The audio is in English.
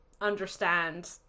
understand